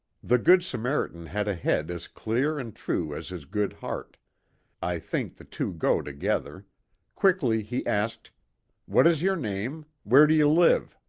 the good samaritan had a head as clear and true as his good heart i think the two go to gether quickly he asked what is your name? where do you live?